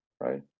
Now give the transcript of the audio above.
right